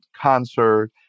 concert